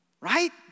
Right